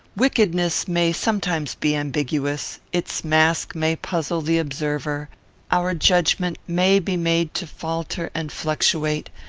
wickedness may sometimes be ambiguous, its mask may puzzle the observer our judgment may be made to falter and fluctuate,